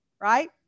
right